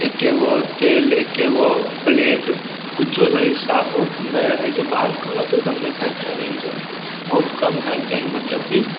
एको गो तेल एको गो पलेट किछु सही से साफ ओफ नहि रहैत छै बाहरके खाना तऽ एकदम नहि खाएके चाही इंसान बहुत कम खाएके चाही मतलब कि